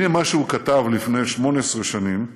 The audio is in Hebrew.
והינה מה שהוא כתב לפני 18 שנים,